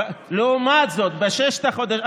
זה הרבה מאוד.